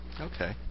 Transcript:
Okay